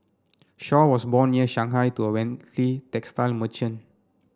Shaw was born near Shanghai to a wealthy textile merchant